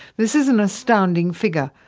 this is an astounding figure,